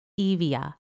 Evia